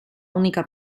única